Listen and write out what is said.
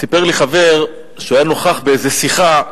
סיפר לי חבר, שהוא היה נוכח באיזה שיחה,